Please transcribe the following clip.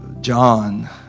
John